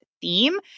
theme